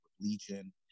Legion